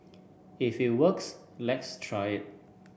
if it works let's try it